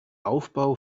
aufbau